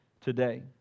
today